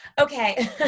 okay